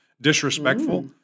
disrespectful